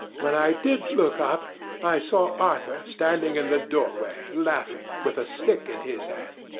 when i did look up i saw arthur standing in the doorway laughing, with a stick in his hand.